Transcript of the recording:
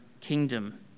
kingdom